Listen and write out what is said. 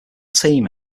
team